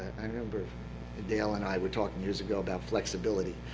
i remember dale and i were talking years ago about flexibility.